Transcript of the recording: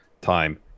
time